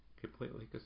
completely